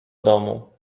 domu